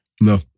No